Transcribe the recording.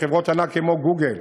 וחברות ענק כמו "גוגל",